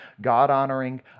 God-honoring